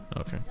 Okay